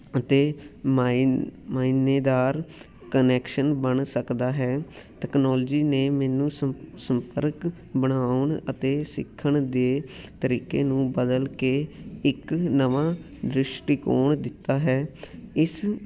ਅਤੇ ਮਾਈ ਮਾਇਨੇਦਾਰ ਕਨੈਕਸ਼ਨ ਬਣ ਸਕਦਾ ਹੈ ਤਕਨੋਲੋਜੀ ਨੇ ਮੈਨੂੰ ਸ ਸੰਪਰਕ ਬਣਾਉਣ ਅਤੇ ਸਿੱਖਣ ਦੇ ਤਰੀਕੇ ਨੂੰ ਬਦਲ ਕੇ ਇੱਕ ਨਵਾਂ ਦ੍ਰਿਸ਼ਟੀਕੋਣ ਦਿੱਤਾ ਹੈ ਇਸ